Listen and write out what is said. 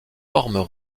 formes